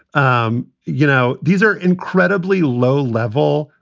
um you know, these are incredibly low level.